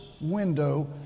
window